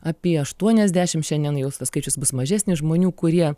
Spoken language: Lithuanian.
apie aštuoniasdešimt šiandien jau tas skaičius bus mažesnis žmonių kurie